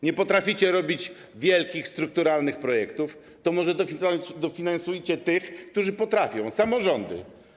Nie potraficie realizować wielkich strukturalnych projektów, więc może dofinansujcie tych, którzy potrafią - samorządy?